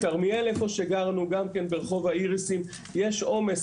בכרמיאל, היכן שגרנו, ברחוב האיריסים, יש עומס.